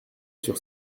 sur